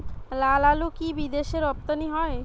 লালআলু কি বিদেশে রপ্তানি হয়?